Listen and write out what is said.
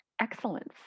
excellence